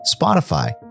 Spotify